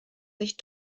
sich